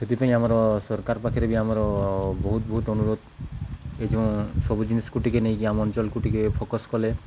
ସେଥିପାଇଁ ଆମର ସରକାର ପାଖରେ ବି ଆମର ବହୁତ ବହୁତ ଅନୁରୋଧ ଏ ଯେଉଁ ସବୁ ଜିନିଷକୁ ଟିକେ ନେଇକି ଆମ ଅଞ୍ଚଳକୁ ଟିକେ ଫୋକସ୍ କଲେ